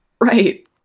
Right